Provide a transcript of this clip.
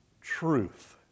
truth